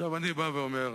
אני בא ואומר